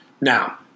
Now